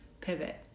pivot